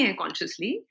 consciously